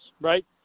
Right